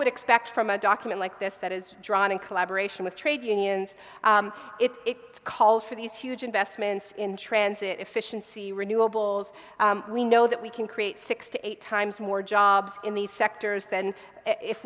would expect from a document like this that is drawn in collaboration with trade unions it calls for these huge investments in transit efficiency renewables we know that we can create six to eight times more jobs in these sectors than if